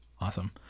awesome